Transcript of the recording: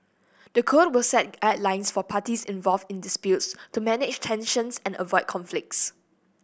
the code will set guidelines for parties involved in disputes to manage tensions and avoid conflicts